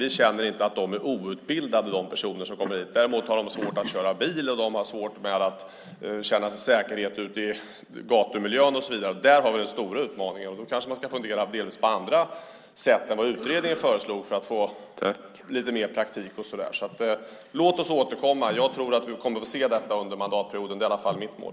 Man känner inte att de som kommer är outbildade, men däremot har de svårt att köra bil och svårt att känna sig säkra i gatumiljön. Där har vi den stora utmaningen. Man kanske ska fundera på andra sätt än vad utredningen föreslog för att man ska få lite mer praktik. Låt oss återkomma. Jag tror att vi kommer att få se detta under mandatperioden. Det är i alla fall mitt mål.